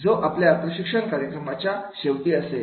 जो आपल्या प्रशिक्षण कार्यक्रमाच्या शेवटी असेल